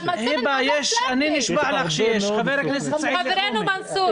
לא, חברנו מנסור.